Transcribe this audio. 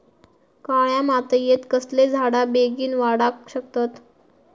काळ्या मातयेत कसले झाडा बेगीन वाडाक शकतत?